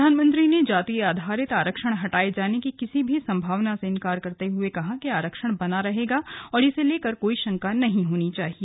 प्रधानमंत्री ने जाति आधारित आरक्षण हटाये जाने की किसी संभावना से इनकार करते हुए कहा कि आरक्षण बना रहेगा और इसे लेकर कोई शंका नहीं होनी चाहिए